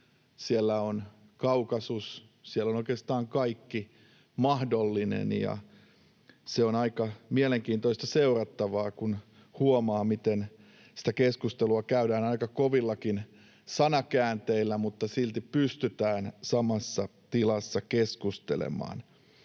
siellä on Kaukasus, siellä on oikeastaan kaikki mahdollinen. Ja se on aika mielenkiintoista seurattavaa, kun huomaa, miten sitä keskustelua käydään aika kovillakin sanakäänteillä mutta silti pystytään samassa tilassa keskustelemaan.